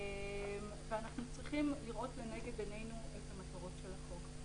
אנחנו צריכים לראות לנגד עינינו את המטרות של החוק,